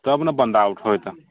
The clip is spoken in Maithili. तब न बन्दा आउट होइत